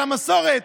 על המסורת,